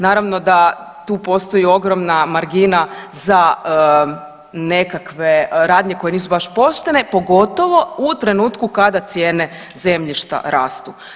Naravno da tu postoji ogromna margina za nekakve radnje koje nisu baš poštene pogotovo u trenutku kada cijene zemljišta rastu.